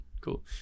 cool